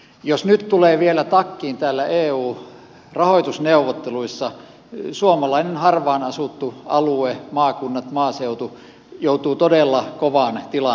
jos nyt tulee vielä takkiin täällä eu rahoitusneuvotteluissa suomalainen harvaan asuttu alue maakunnat maaseutu joutuu todella kovaan tilanteeseen